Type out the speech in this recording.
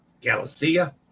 Galicia